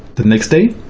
the next day. i